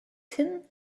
thin